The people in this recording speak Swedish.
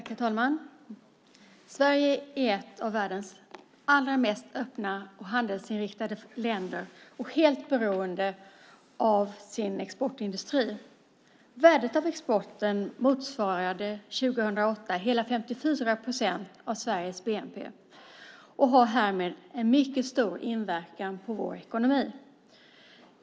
Herr talman! Sverige är ett av världens allra mest öppna och handelsinriktade länder och är helt beroende av sin exportindustri. Värdet av exporten motsvarade år 2008 hela 54 procent av Sveriges bnp och har härmed en mycket stor inverkan på vår ekonomi.